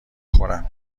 خورم